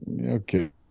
okay